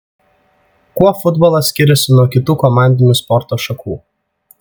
kuo futbolas skiriasi nuo kitų komandinių sporto šakų